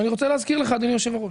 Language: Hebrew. אני רוצה להזכיר לך, אדוני יושב-הראש,